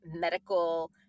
medical